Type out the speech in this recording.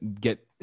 get